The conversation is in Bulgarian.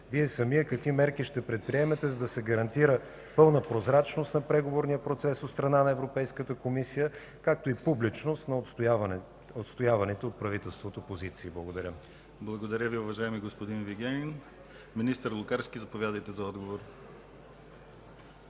Вие самият какви мерки ще предприемете, за да се гарантира пълна прозрачност на преговорния процес от страна на Европейската комисия, както и публичност на отстояваните от правителството позиции? Благодаря. ПРЕДСЕДАТЕЛ ДИМИТЪР ГЛАВЧЕВ: Благодаря Ви, уважаеми господин Вигенин. Министър Лукарски, заповядайте за отговор.